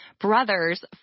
brothers